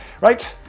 Right